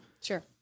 Sure